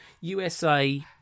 USA